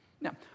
Now